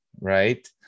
right